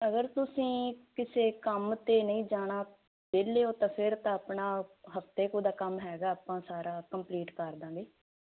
ਅਗਰ ਤੁਸੀਂ ਕਿਸੇ ਕੰਮ ਤੇ ਨਹੀਂ ਜਾਣਾ ਵਿਹਲੇ ਹੋ ਤਾਂ ਫਿਰ ਤਾਂ ਆਪਣਾ ਹਫਤੇ ਕੁ ਦਾ ਕੰਮ ਹੈਗਾ ਆਪਾਂ ਸਾਰਾ ਕੰਪਲੀਟ ਕਰ ਦਾਂਗੇ